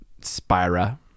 spira